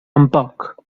tampoc